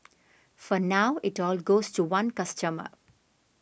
for now it all goes to one customer